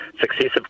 successive